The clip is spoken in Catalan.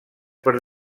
per